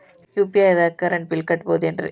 UPI ದಾಗ current bill ಕಟ್ಟಬಹುದೇನ್ರಿ?